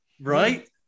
Right